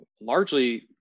largely